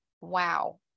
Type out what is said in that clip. wow